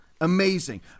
Amazing